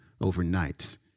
overnight